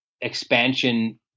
expansion